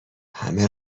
همه